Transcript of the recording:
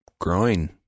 groin